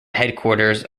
headquarters